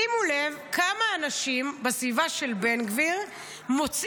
שימו לב כמה אנשים בסביבה של בן גביר מוצאים